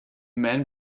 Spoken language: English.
men